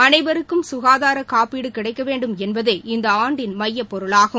அனைவருக்கும் சுகாதார காப்பீடு கிடைக்கவேண்டும் என்பதே இந்த ஆண்டின் மையப்பொருளாகும்